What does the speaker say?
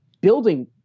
building